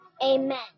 amen